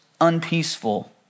unpeaceful